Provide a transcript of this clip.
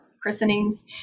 christenings